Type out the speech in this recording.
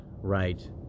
right